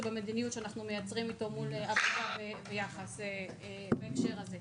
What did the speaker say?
במדיניות שאנחנו מייצרים אתו מול העסקה ויחס בהקשר הזה.